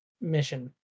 mission